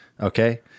okay